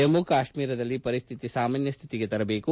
ಜಮ್ಮ ಕಾಶ್ಮೀರದಲ್ಲಿ ಪರಿಸ್ಟಿತಿ ಸಾಮಾನ್ಯ ಸ್ಟಿತಿಗೆ ತರಬೇಕು